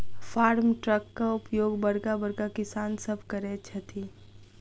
farm ट्रकक उपयोग बड़का बड़का किसान सभ करैत छथि